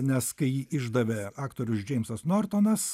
nes kai jį išdavė aktorius džeimsas nortonas